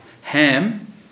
Ham